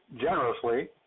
generously